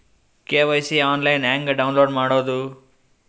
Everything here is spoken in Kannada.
ಕೆ.ವೈ.ಸಿ ಆನ್ಲೈನ್ ಹೆಂಗ್ ಡೌನ್ಲೋಡ್ ಮಾಡೋದು?